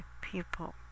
people